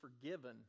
forgiven